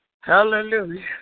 Hallelujah